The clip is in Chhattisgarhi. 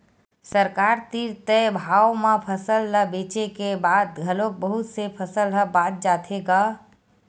सरकार तीर तय भाव म फसल ल बेचे के बाद घलोक बहुत से फसल ह बाच जाथे गा